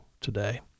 today